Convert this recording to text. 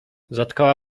zatkała